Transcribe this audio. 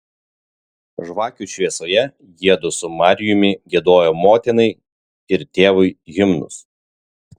žvakių šviesoje jiedu su marijumi giedojo motinai ir tėvui himnus